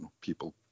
People